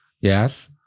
Yes